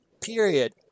period